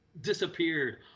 disappeared